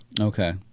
Okay